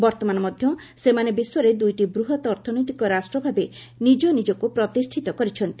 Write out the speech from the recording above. ବର୍ତ୍ତମାନ ମଧ୍ୟ ସେମାନେ ବିଶ୍ୱରେ ଦୁଇଟି ବୃହତ୍ ଅର୍ଥନୈତିକ ରାଷ୍ଟ୍ର ଭାବେ ନିଜ ନିଜକୁ ପ୍ରତିଷ୍ଠିତ କରିଛନ୍ତି